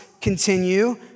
continue